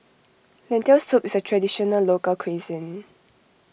Lentil Soup is a Traditional Local Cuisine